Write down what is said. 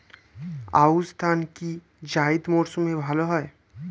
আউশ ধান কি জায়িদ মরসুমে ভালো হয়?